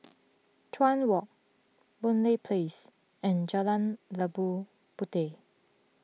Chuan Walk Boon Lay Place and Jalan Labu Puteh